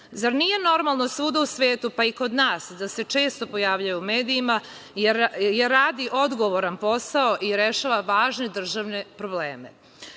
Zar, nije normalno svuda u svetu, pa i kod nas da se često pojavljuje u medijima, jer radi odgovoran posao i rešava važne državne probleme.